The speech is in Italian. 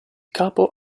capo